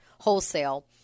wholesale